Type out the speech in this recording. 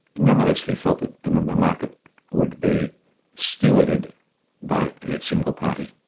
nonetheless he felt that and the market would be stewarded by a single party.